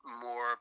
more